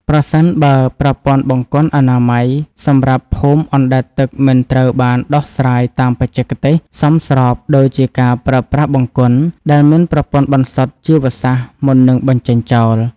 ប្រសិនបើប្រព័ន្ធបង្គន់អនាម័យសម្រាប់ភូមិអណ្តែតទឹកមិនត្រូវបានដោះស្រាយតាមបច្ចេកទេសសមស្រប ដូចជាការប្រើប្រាស់បង្គន់ដែលមានប្រព័ន្ធបន្សុទ្ធជីវសាស្ត្រមុននឹងបញ្ចេញចោល។